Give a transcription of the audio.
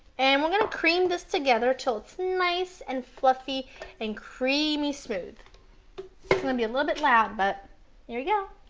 and we're going to cream this together till it's nice and and creamy smooth. it's going to be a little bit loud. but here we go.